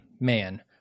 man